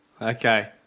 Okay